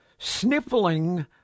Sniffling